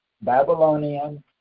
Babylonian